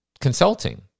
consulting